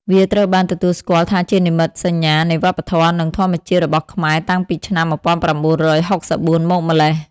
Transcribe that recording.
វាត្រូវបានទទួលស្គាល់ថាជានិមិត្តសញ្ញានៃវប្បធម៌ និងធម្មជាតិរបស់ខ្មែរ តាំងពីឆ្នាំ ១៩៦៤ មកម្ល៉េះ។